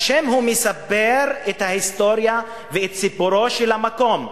השם מספר את ההיסטוריה ואת סיפורו של המקום.